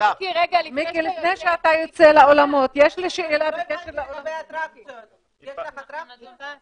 יש פה נתונים על מגמה, לא ביום האחרון,